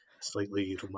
slightly